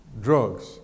Drugs